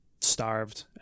starved